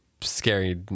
scary